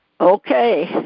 Okay